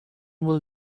will